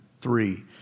three